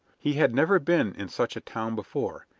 he had never been in such a town before,